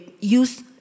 use